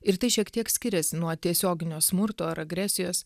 ir tai šiek tiek skiriasi nuo tiesioginio smurto ar agresijos